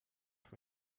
from